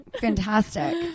Fantastic